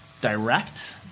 direct